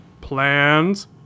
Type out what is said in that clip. Plans